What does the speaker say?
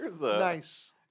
Nice